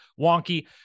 wonky